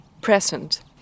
present